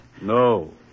No